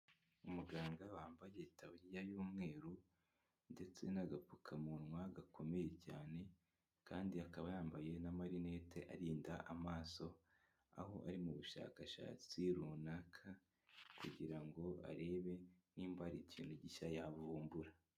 Umuganga wambaye itaburiya y'umweru ndetse n'agapfukamunwa gakomeye cyane, kandi akaba yambaye n'amarinete arinda amaso, aho ari mu bushakashatsi runaka kugira ngo arebe nimba hari ikintu gishya yabuvumbura.